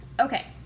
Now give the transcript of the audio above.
Okay